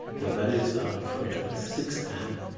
the values are referred to as six um